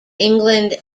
england